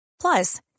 Plus